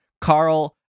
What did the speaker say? Carl